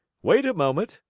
wait a moment,